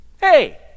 Hey